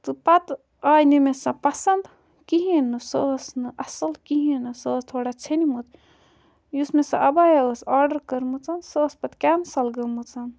تہٕ پَتہٕ آے نہٕ مےٚ سۄ پَسنٛد کِہیٖنۍ نہٕ سۄ ٲس نہٕ اَصٕل کِہیٖنۍ نہٕ سۄ ٲس تھوڑا ژھیٚنۍمٕت یُس مےٚ سُہ عَبَیا ٲس آرڈَر کٔرمٕژ سۄ ٲسۍ پَتہٕ کٮ۪نسَل گٔمٕژ